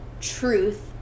truth